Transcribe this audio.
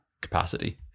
capacity